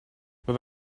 with